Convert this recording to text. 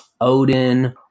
Odin